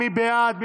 מי בעד?